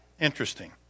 Interesting